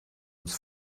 uns